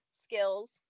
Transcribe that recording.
skills